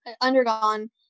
undergone